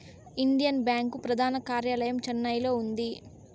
Indian Bank ప్రధాన కార్యాలయం చెన్నైలో ఉంది